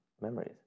memories